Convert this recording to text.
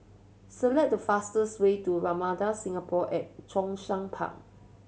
select the fastest way to Ramada Singapore at Zhongshan Park